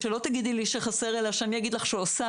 שלא תגידי לי שחסר אלא שאני אגיד לך שהוספנו.